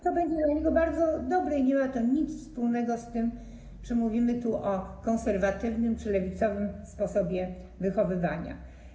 To będzie dla niego bardzo dobre i nie ma to nic wspólnego z tym, czy mówimy tu o konserwatywnym, czy lewicowym sposobie wychowywania.